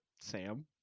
Sam